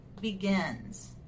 begins